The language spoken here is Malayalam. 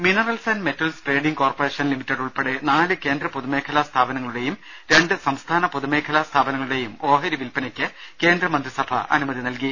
minerals and metal trading corporation limited ഉൾപ്പെടെ നാല് കേന്ദ്ര പൊതുമേഖലാ സ്ഥാപനങ്ങളുടെയും രണ്ട് സംസ്ഥാന പൊതുമേഖലാ സ്ഥാപനങ്ങളുടെയും ഓഹരി വില്പനയ്ക്ക് കേന്ദ്രമന്ത്രിസഭ അനുമതി നൽകി